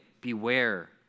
Beware